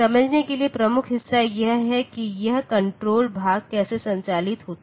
समझने के लिए प्रमुख हिस्सा यह है कि यह कण्ट्रोल भाग कैसे संचालित होता है